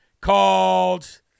called